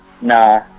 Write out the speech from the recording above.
Nah